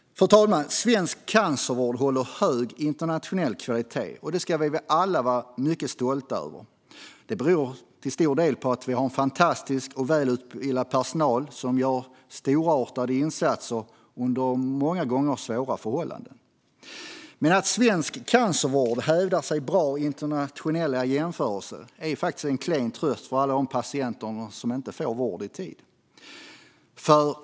Fru talman! Svensk cancervård håller hög internationell kvalitet, och det ska vi alla vara mycket stolta över. Det beror till stor del på att vi har en fantastisk och välutbildad personal som gör storartade insatser under många gånger svåra förhållanden. Men att svensk cancervård hävdar sig väl i internationella jämförelser är faktiskt en klen tröst för alla de patienter som inte får vård i tid.